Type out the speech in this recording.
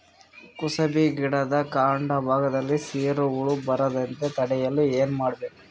ಕುಸುಬಿ ಗಿಡದ ಕಾಂಡ ಭಾಗದಲ್ಲಿ ಸೀರು ಹುಳು ಬರದಂತೆ ತಡೆಯಲು ಏನ್ ಮಾಡಬೇಕು?